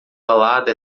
balada